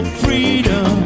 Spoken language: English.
freedom